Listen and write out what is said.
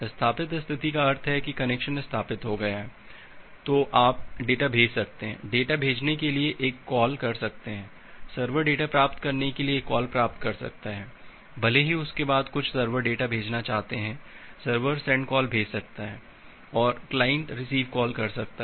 स्थापित स्थिति का अर्थ है कि कनेक्शन स्थापित हो गया है तो आप डेटा भेज सकते हैं डेटा भेजने के लिए एक कॉल कर सकते हैं सर्वर डेटा प्राप्त करने के लिए एक कॉल प्राप्त कर सकता है भले ही उसके बाद कुछ सर्वर डेटा भेजना चाहते हैं सर्वर सेंड कॉल भेज सकता है और क्लाइंट रिसीव कॉल कर सकता है